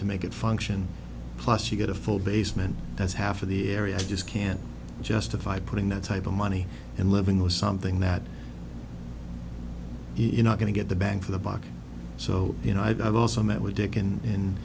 to make it function plus you get a full basement that's half of the area i just can't justify putting that type of money and living with something that you're not going to get the bang for the buck so you know i've also met with dick